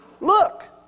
Look